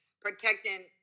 protecting